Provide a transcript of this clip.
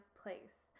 place